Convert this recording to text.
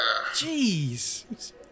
Jeez